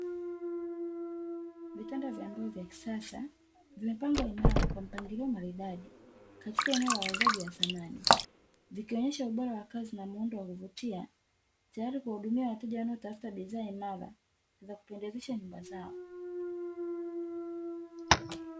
Vitanda vya mbao vya kisasa, vimepangwa imara na kwa mpangilio maridadi, katika eneo la wauzaji wa samani. Vikionyesha ubora wa kazi na muundo wa kuvutia, tayari kwa hudumia wateja wanaotafuta bidhaa imara na za kupendezesha nyumba zao.